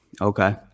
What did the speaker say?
Okay